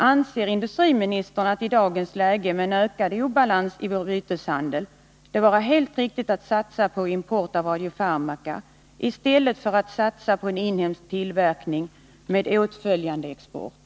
Anser industriministern att det i dagens läge, med en ökad obalans i vår byteshandel, är riktigt att satsa helt på import av radiofarmaka i stället för på en inhemsk tillverkning med åtföljande export?